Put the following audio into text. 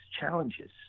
challenges